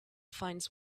finds